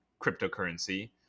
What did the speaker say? cryptocurrency